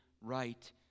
right